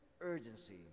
urgency